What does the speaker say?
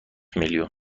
میلیون